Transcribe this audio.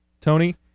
Tony